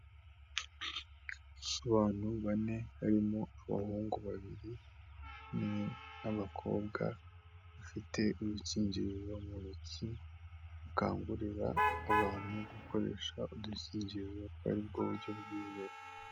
Abantu bane harimo abahungu babiri hamwe n'abakobwa, bafite udukingirizo mu ntoki bakangurira abantu gukoresha udukingizo ko ari bwo buryo bwizewe.